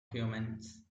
humans